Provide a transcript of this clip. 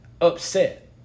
upset